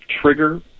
trigger